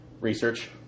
Research